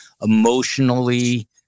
emotionally